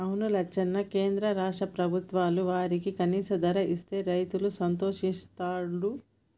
అవును లచ్చన్న కేంద్ర రాష్ట్ర ప్రభుత్వాలు వారికి కనీస ధర ఇస్తే రైతు సంతోషిస్తాడు